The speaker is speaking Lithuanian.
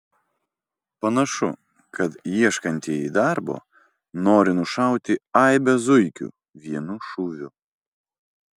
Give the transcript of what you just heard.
panašu kad ieškantieji darbo nori nušauti aibę zuikių vienu šūviu